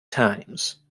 times